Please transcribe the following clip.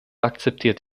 akzeptiert